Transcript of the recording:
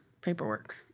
Paperwork